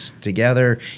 together